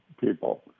people